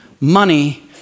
Money